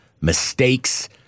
mistakes